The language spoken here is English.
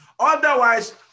Otherwise